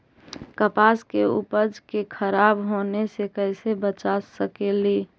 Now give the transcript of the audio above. कपास के उपज के खराब होने से कैसे बचा सकेली?